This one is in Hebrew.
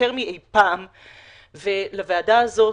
יותר מאי פעם ולוועדה הזאת,